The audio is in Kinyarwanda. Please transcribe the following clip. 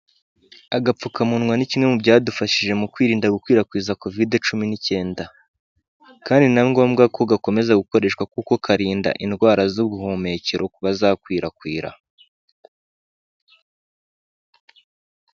Agapfukamunwa ni kimwe mu byadufashije kwirinda gukwirakwiza kovide 19, kandi ni na ngombwa ko gakomeza gukoreshwa kuko karinda indwara z'ubuhumekero kuba zakwirakwira.